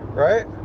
right?